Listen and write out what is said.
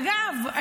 אגב,